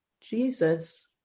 Jesus